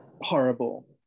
horrible